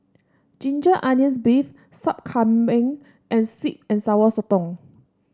Ginger Onions beef Sup Kambing and sweet and Sour Sotong